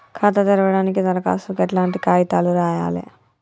ఖాతా తెరవడానికి దరఖాస్తుకు ఎట్లాంటి కాయితాలు రాయాలే?